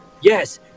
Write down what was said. yes